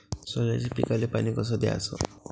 सोल्याच्या पिकाले पानी कस द्याचं?